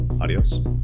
adios